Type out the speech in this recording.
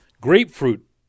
Grapefruit